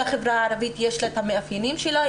לחברה הערבית יש את המאפיינים שלה,